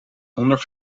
honderd